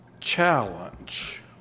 challenge